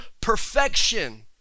perfection